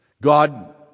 God